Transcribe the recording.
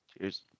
Cheers